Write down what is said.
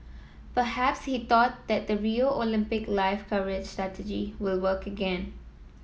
perhaps he thought that the Rio Olympic live coverage strategy will work again